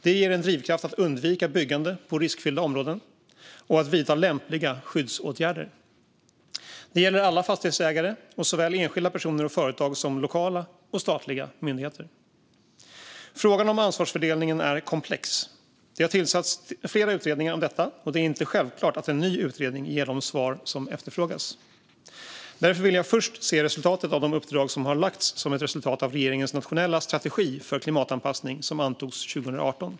Det ger en drivkraft att undvika byggande på riskfyllda områden och att vidta lämpliga skyddsåtgärder. Det gäller alla fastighetsägare och såväl enskilda personer och företag som lokala och statliga myndigheter. Frågan om ansvarsfördelningen är komplex. Det har tillsatts flera utredningar om detta, och det är inte självklart att en ny utredning ger de svar som efterfrågas. Därför vill jag först se resultatet av de uppdrag som har getts som ett resultat av regeringens nationella strategi för klimatanpassning, som antogs 2018.